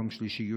יום שלישי,